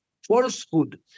falsehood